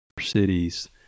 cities